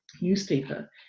newspaper